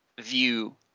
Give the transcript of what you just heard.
view